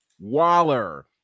Waller